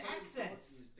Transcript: Accents